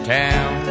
town